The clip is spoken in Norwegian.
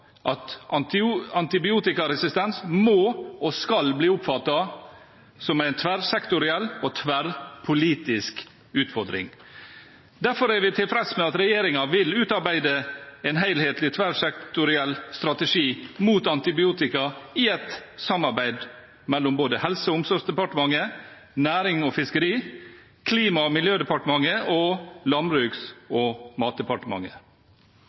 at antibiotikaresistens må og skal bli oppfattet som en tverrsektoriell og tverrpolitisk utfordring. Derfor er vi tilfreds med at regjeringen vil utarbeide en helhetlig og tverrsektoriell strategi mot antibiotikaresistens, i et samarbeid mellom Helse- og omsorgsdepartementet, Nærings- og fiskeridepartementet, Klima- og miljødepartementet og Landbruks- og matdepartementet.